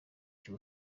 cy’u